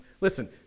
listen